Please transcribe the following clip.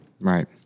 Right